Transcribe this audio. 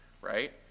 right